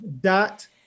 dot